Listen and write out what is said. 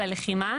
ללחימה,